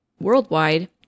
worldwide